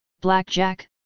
Blackjack